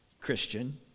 Christian